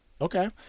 Okay